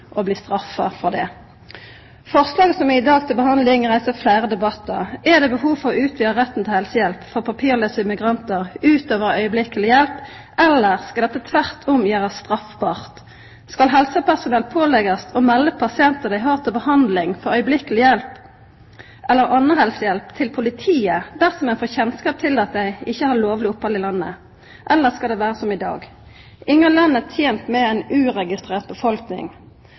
bli straffa for det. Forslaga som i dag er til behandling, reiser fleire debattar. Er det behov for å utvida retten til helsehjelp for papirlause migrantar utover øyeblikkeleg hjelp, eller skal dette tvert om gjerast straffbart? Skal helsepersonell bli pålagde å melda pasientar dei har til behandling for øyeblikkeleg hjelp eller anna helsehjelp, til politiet dersom ein får kjennskap til at dei ikkje har lovleg opphald i landet, eller skal det vera som i dag? Ingen land er tente med ei uregistrert befolkning.